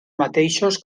mateixos